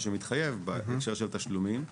מה שמתחייב בהקשר של התשלומים,